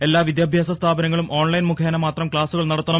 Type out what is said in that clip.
എല്ലാ വിദ്യാഭ്യാസ സ്ഥാപനങ്ങളും ഓൺലൈൻ മുഖേന മാത്രം ക്ലാസുകൾ നടത്തണം